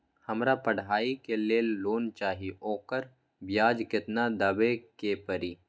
हमरा पढ़ाई के लेल लोन चाहि, ओकर ब्याज केतना दबे के परी?